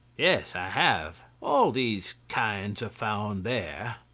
yes, i have. all these kinds are found there.